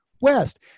west